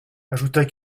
ajouta